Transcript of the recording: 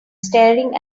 staring